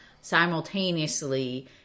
Simultaneously